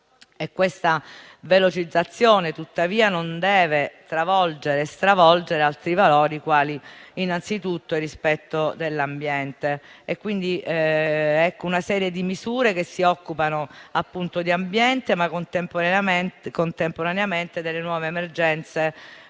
Questa velocizzazione, tuttavia, non deve travolgere e stravolgere altri valori, quali innanzitutto il rispetto dell'ambiente. Abbiamo quindi una serie di misure che si occupano di ambiente, ma contemporaneamente delle nuove emergenze